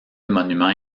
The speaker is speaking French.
monument